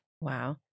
Wow